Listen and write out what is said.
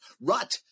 rut